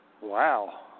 Wow